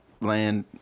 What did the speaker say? land